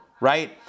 right